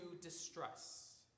distress